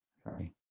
Sorry